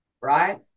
right